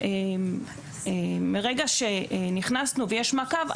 שמרגע שנכנסנו ויש מעקב,